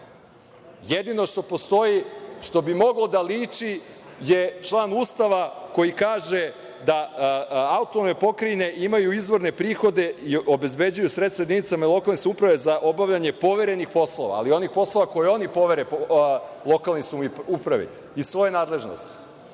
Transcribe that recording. Jedino što postoji, što bi moglo da liči je član Ustava koji kaže – da AP imaju izvorne prihode, obezbeđuju sredstva jedinicama lokalne samouprave za obavljanje povremenih poslova, ali onih poslova koje oni povere lokalnom samoupravi iz svoje nadležnosti,